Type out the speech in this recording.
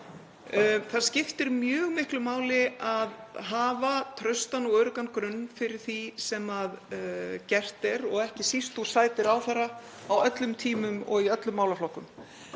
Það skiptir mjög miklu máli að hafa traustan og öruggan grunn fyrir því sem gert er og ekki síst úr sæti ráðherra á öllum tímum og í öllum málaflokkum.